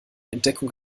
entdeckung